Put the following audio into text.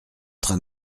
train